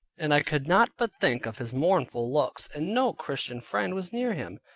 and i could not but think of his mournful looks, and no christian friend was near him,